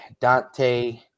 Dante